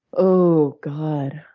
oh, god.